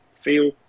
feel